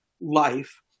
life